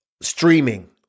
streaming